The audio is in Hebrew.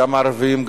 גם ערבים,